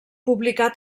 publicà